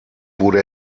wurde